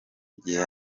gihe